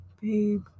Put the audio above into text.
babe